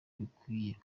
bikwiye